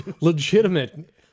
Legitimate